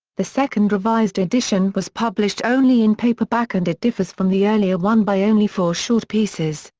the second revised edition was published only in paperback and it differs from the earlier one by only four short pieces.